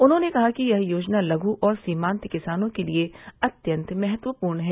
उन्होंने कहा कि यह योजना लघु और सीमान्त किसानों के लिये अत्यन्त महत्वपूर्ण है